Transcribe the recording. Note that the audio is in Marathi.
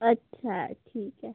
अच्छा ठीक आहे